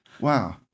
Wow